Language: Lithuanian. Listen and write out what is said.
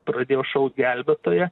pradėjo šaukt gelbėtoją